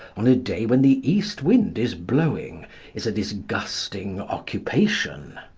on a day when the east wind is blowing is a disgusting occupation.